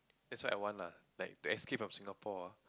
that's what I want lah like to escape from Singapore ah